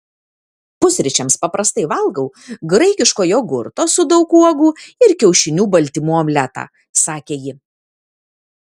pusryčiams paprastai valgau graikiško jogurto su daug uogų ir kiaušinių baltymų omletą sakė ji